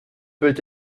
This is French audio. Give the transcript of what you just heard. peut